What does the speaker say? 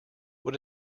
what